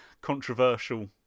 controversial